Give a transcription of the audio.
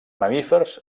mamífers